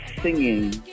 singing